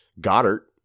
Goddard